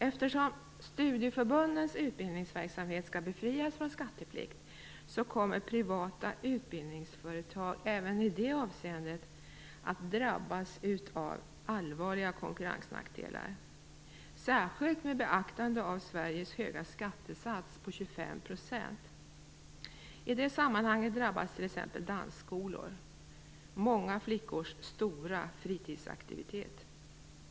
Eftersom studieförbundens utbildningsverksamhet skall befrias från skatteplikt, kommer privata utbildningsföretag även i det avseendet att drabbas av allvarliga konkurrensnackdelar, särskilt med beaktande av Sveriges höga skattesats på 25 %. I det sammanhanget drabbas t.ex. dansskolor. Dans är många flickors stora fritidsaktivitet.